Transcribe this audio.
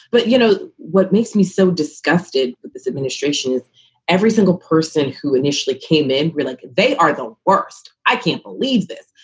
but you know, what makes me so disgusted with this administration is every single person who initially came in. like they are the worst. i can't believe this.